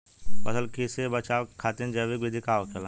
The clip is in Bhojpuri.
फसल के कियेसे बचाव खातिन जैविक विधि का होखेला?